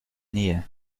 nähe